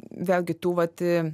vėlgi tų vat